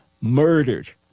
murdered